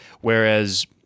whereas